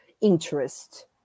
interest